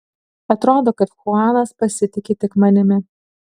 atrodo kad chuanas pasitiki tik manimi